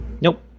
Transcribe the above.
Nope